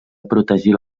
protegir